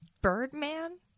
Birdman